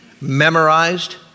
memorized